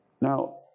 Now